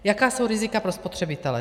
Jaká jsou rizika pro spotřebitele.